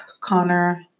Connor